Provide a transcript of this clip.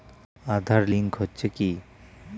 Aadhaar link হচ্ছে কি?